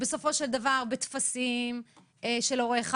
בסופו של דבר בטפסים של הורה 1,